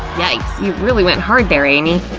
yikes! you really went hard there, amy!